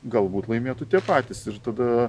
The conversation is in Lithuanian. galbūt laimėtų tie patys ir tada